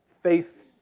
faith